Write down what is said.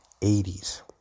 80s